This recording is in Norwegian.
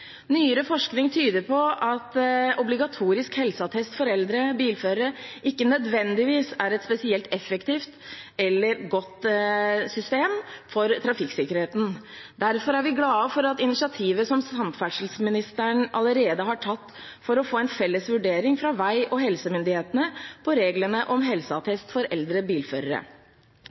Nyere forskning tyder på at obligatorisk helseattest for eldre bilførere ikke nødvendigvis er et spesielt effektivt eller godt system for trafikksikkerheten. Derfor er vi glade for initiativet som samferdselsministeren allerede har tatt for å få en felles vurdering fra vei- og helsemyndighetene av reglene om helseattest for eldre bilførere.